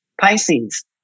Pisces